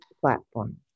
platform